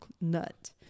nut